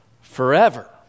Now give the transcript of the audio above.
forever